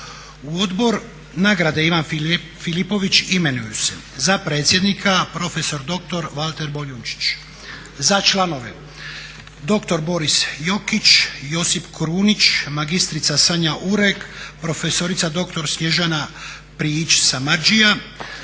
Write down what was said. U Odbor nagrade "Ivan Filipović" imenuju se: za predsjednika prof.dr. Valter Boljunčić, za članove dr. Boris Jokić, Josip Krunić, mr. Sanja Urek, prof.dr. Snježana Prijić Samardžija,